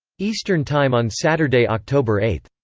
eastern time on saturday, october eight.